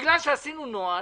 בגלל שעשינו נוהל,